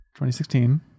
2016